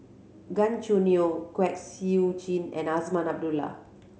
Gan Choo Neo Kwek Siew Jin and Azman Abdullah